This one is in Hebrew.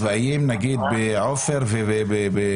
יש להם פוטנציאל לעבור לדיוני ה-VC,